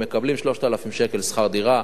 הם מקבלים 3,000 שקל שכר דירה,